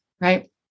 right